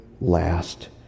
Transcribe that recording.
last